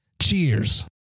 Cheers